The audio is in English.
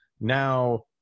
now